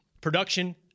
Production